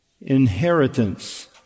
inheritance